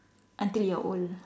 until you're old